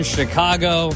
Chicago